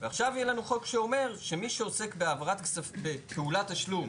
ועכשיו יהיה לנו חוק שאומר שמי שעוסק בפעולת תשלום,